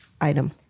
item